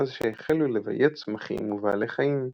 מאז שהחלו לביית צמחים ובעלי חיים.